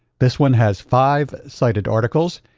this one has five cited articles,